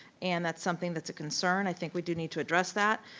and that's something that's a concern, i think we do need to address that.